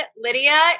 Lydia